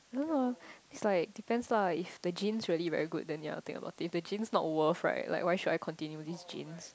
don't know it's like depends lah if the genes really very good then ya I will think about if the genes not worth right like why should I continue this genes